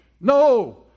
No